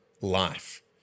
life